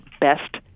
best